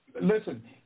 Listen